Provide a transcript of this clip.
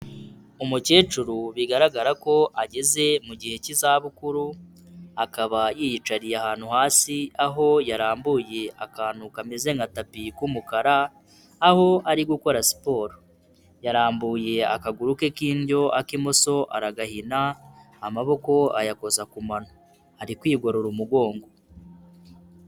Umukecuru bigaragara ko ageze mu gihe cy'izabukuru, akaba yiyicariye ahantu hasi aho yarambuye akantu kameze nka tapi k'umukara, aho ari gukora siporo. Yarambuye akaguru ke k'indyo ak'imoso aragahina, amaboko ayakoza ku mano. Ari kwigorora umugongo.